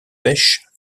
pêche